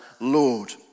Lord